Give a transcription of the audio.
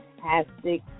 fantastic